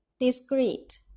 discreet